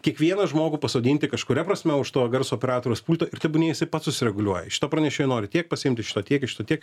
kiekvieną žmogų pasodinti kažkuria prasme už to garso operatoriaus pulto ir tebūnie jisai pats susireguliuoja iš šito pranešėjo nori tiek pasiimti iš šito tiek iš šito tiek